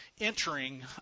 entering